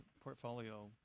portfolio